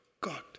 God